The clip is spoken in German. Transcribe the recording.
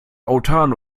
autan